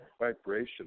vibration